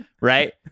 right